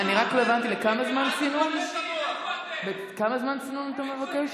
רק לא הבנתי, כמה זמן צינון אתה מבקש?